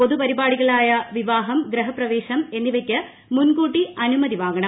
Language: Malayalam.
പൊതു പരിപാടികളായ വിവാഹം ഗൃഹപ്രവേശം എന്നിവയ്ക്ക് മുൻകൂട്ടി അനുമതി വാങ്ങണം